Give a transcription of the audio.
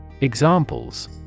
Examples